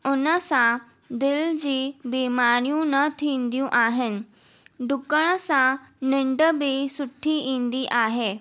उनसां दिलि जी बीमारियूं न थींदियूं आहिनि डुकण सां निंड बि सुठी ईंदी आहे